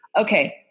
Okay